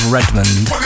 Redmond